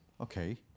Okay